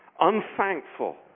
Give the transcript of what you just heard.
unthankful